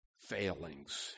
failings